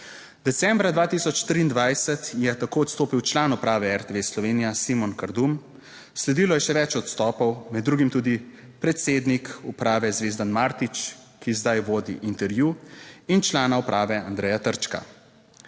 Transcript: Decembra 2023 je tako odstopil član uprave RTV Slovenija Simon Kardum, sledilo je še več odstopov, med drugim tudi predsednik uprave Zvezdan Martič, ki zdaj vodi Intervju in člana uprave Andreja Trčka.